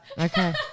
Okay